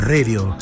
Radio